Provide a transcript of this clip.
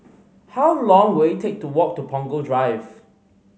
how long will it take to walk to Punggol Drive